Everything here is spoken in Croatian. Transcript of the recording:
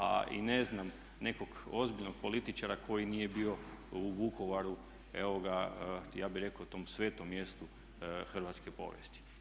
A i ne znam nekog ozbiljnog političara koji nije bio u Vukovaru ja bih rekao u tom svetom mjestu hrvatske povijesti.